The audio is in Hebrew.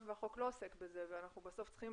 והחוק לא עוסק בזה ובסוף אנחנו צריכים